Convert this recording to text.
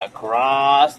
across